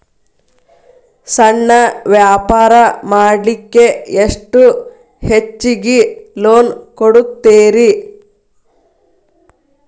ಸಣ್ಣ ವ್ಯಾಪಾರ ಮಾಡ್ಲಿಕ್ಕೆ ಎಷ್ಟು ಹೆಚ್ಚಿಗಿ ಲೋನ್ ಕೊಡುತ್ತೇರಿ?